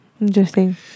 Interesting